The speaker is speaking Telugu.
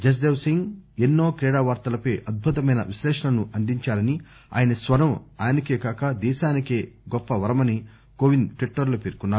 జసదేవసింగ్ ఎన్నో క్రీడా వార్తలపై అద్భుతమైన విశ్లేషణలను అందించారనీ ఆయన స్వరం ఆయనకే కాక దేశానికే గొప్ప వరమని కోవింద్ ట్విట్టర్ లో పేర్కొన్నారు